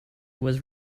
was